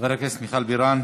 חברת הכנסת מיכל בירן,